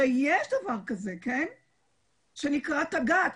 יש דבר כזה שנקרא תג"ת,